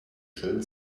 schön